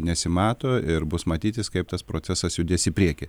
nesimato ir bus matytis kaip tas procesas judės į priekį